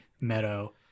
Meadow